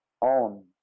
on